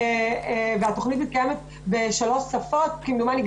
התוכנית מתקיימת בשלוש שפות כמדומני,